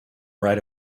right